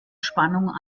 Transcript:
spannung